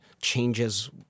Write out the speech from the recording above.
changes